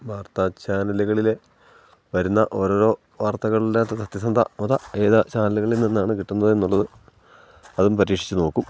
വാർത്താ ചാനലുകളിലേ വരുന്ന ഓരോരോ വാർത്തകളിൻ്റ അകത്തെ സത്യസന്ധത ഏതു ചാനലുകളിൽ നിന്നാണ് കിട്ടുന്നത് എന്നുള്ളത് അതും പരീഷിച്ചു നോക്കും